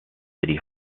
city